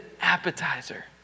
appetizer